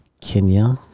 Kenya